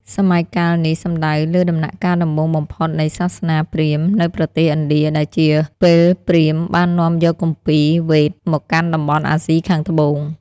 សម័យកាលនេះសំដៅលើដំណាក់កាលដំបូងបំផុតនៃសាសនាព្រាហ្មណ៍នៅប្រទេសឥណ្ឌា ដែលជាពេលព្រាហ្មណ៍បាននាំយកគម្ពីរ វេទ មកកាន់តំបន់អាស៊ីខាងត្បូង។